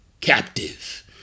captive